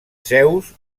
zeus